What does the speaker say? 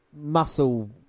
muscle